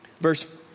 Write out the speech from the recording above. Verse